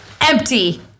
Empty